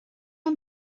ond